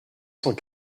cent